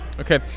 Okay